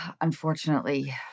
unfortunately